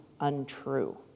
untrue